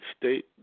State